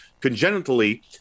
congenitally